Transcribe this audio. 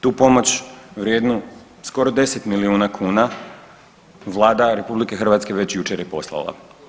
Tu pomoć vrijednu skoro 10 milijuna kuna Vlada RH već jučer je poslala.